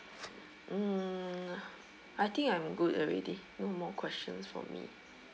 mm I think I'm good already no more questions from me